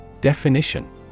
Definition